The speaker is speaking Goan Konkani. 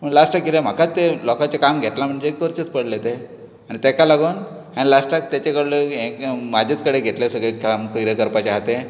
पूण लास्टाक कितें म्हाका तें लोकांचें काम घेतलां म्हणटच करचेंच पडलें तें आनी तेका लागून हांवें लास्टाक तेचे कडलें म्हाजेच कडेन घेतलें सगळें काम कितें करपाचें आहा तें